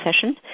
session